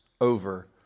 over